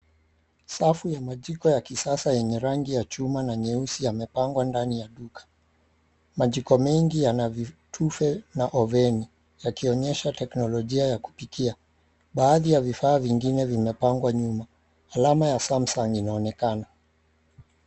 Safu ya meko ya kisasa yenye rangi ya chuma nyeusi yamepangwa ndani ya duka. Majiko mengi yana vitufe na oveni, yakionyesha teknologia ya kupikia. Baadhi ya vifaa vingine vimepangwa nyuma. Alama ya Samsung inaonekana.